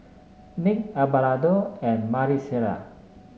Nick Abelardo and Maricela